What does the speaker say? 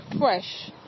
fresh